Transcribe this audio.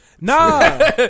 Nah